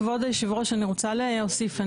כבוד היושב ראש אני רוצה להוסיף,